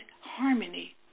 harmony